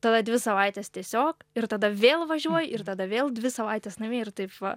tada dvi savaites tiesiog ir tada vėl važiuoji ir tada vėl dvi savaites namie ir taip va